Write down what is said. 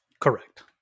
Correct